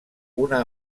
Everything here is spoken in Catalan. una